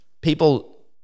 People